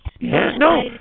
no